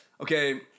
Okay